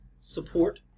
support